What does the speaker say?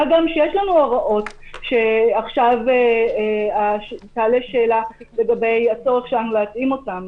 מה גם שיש לנו הוראות שעכשיו תעלה שאלה לגבי הצורך שלנו להתאים אותם.